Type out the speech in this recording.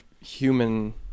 human